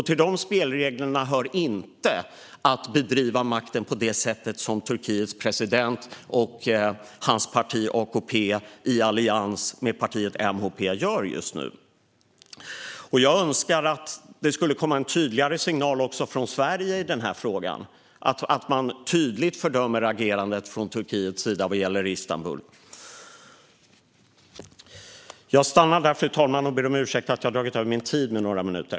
Till dessa spelregler hör inte att bedriva makten på det sätt som Turkiets president och hans parti AKP i allians med partiet MHP gör just nu. Jag önskar att det skulle komma en tydligare signal också från Sverige i den här frågan, det vill säga att man tydligt fördömer Turkiets agerande vad gäller Istanbul. Jag stannar där, fru talman, och ber om ursäkt för att jag dragit över min talartid med några minuter.